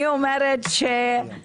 לא